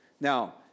Now